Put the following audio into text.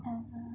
uh